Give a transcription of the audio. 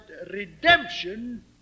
redemption